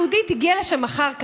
השכונה היהודית הגיעה לשם אחר כך.